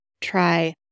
try